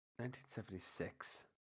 1976